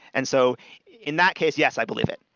and so in that case, yes, i believe it.